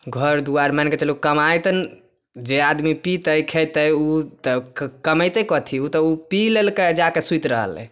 घर दुआरि मानिके चलू कमाइ तऽ जे आदमी पितै खेतै ओ तऽ कमेतै कथी ओ तऽ ओ पी लेलकै जा कऽ सुति रहलै